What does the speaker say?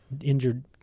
injured